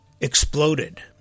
Exploded